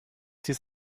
dies